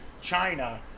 China